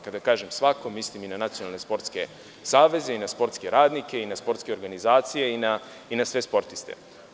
Kada kažem svako, mislim i na nacionalne sportske saveze i na sportske radnike i na sportske organizacije i na sve sportiste.